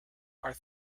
are